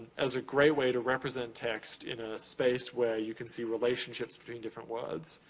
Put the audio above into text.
as a great way to represent text in a space where you can see relationships between different words.